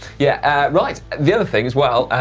yeah right the other thing as well,